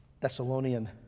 Thessalonian